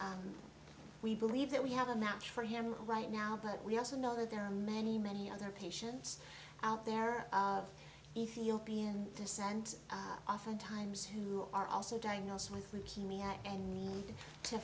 survive we believe that we have a match for him right now but we also know that there are many many other patients out there ethiopian descent oftentimes who are also diagnosed with leukemia and need to